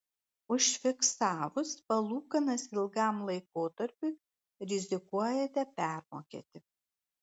užfiksavus palūkanas ilgam laikotarpiui rizikuojate permokėti